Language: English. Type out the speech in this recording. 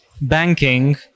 Banking